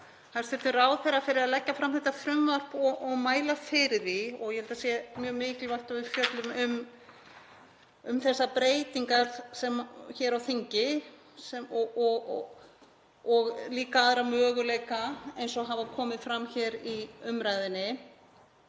þakka hæstv. ráðherra fyrir að leggja fram þetta frumvarp og mæla fyrir því. Ég held að það sé mjög mikilvægt að við fjöllum um þessar breytingar hér á þingi og líka aðra möguleika eins og hafa komið fram hér í umræðunni.